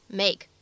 make